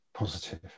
positive